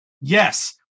Yes